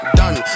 done